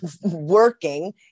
working